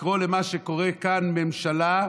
לקרוא למה שקורה כאן "ממשלה"